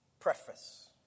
Preface